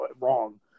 wrong